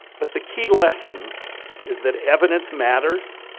but, the key lesson is that evidence matters,